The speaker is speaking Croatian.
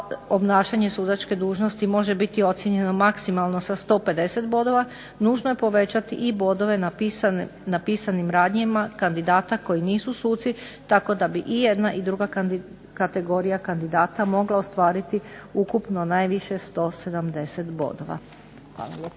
obnašanje sudačke dužnosti može biti ocijenjeno maksimalno sa 150 bodova, nužno je povećati i bodove na pisanim radnjama kandidata koji nisu suci tako da bi i jedna i druga kategorija kandidata mogla ostvariti ukupno najviše 170 bodova.